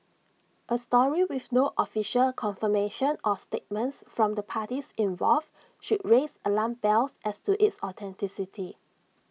A story with no official confirmation or statements from the parties involved should raise alarm bells as to its authenticity